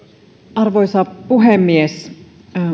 arvoisa puhemies